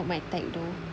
not my type though